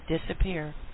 disappear